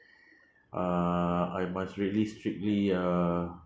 uh I must really strictly uh